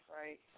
right